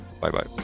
Bye-bye